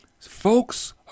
folks